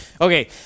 Okay